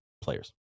players